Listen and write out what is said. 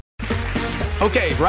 Okay